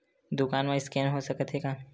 दुकान मा स्कैन हो सकत हे का?